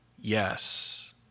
Yes